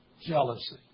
jealousy